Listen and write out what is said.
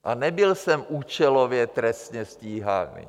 A nebyl jsem účelově trestně stíhaný.